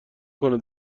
کنه